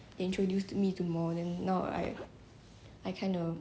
watching china things already I even download 微博 on my phone sia